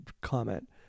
comment